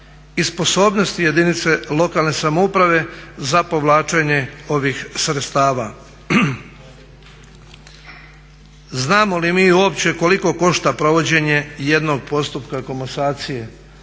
sposobnosti jedinice lokalne samouprave za povlačenje ovih sredstava? Znamo li mi uopće koliko košta provođenje jednog postupka komasacije?